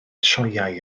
sioeau